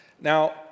Now